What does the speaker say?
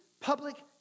public